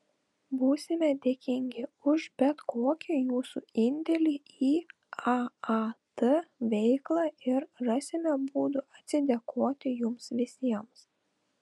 būsime dėkingi už bet kokį jūsų indėlį į aat veiklą ir rasime būdų atsidėkoti jums visiems